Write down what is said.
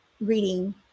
reading